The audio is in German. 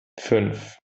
fünf